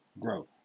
growth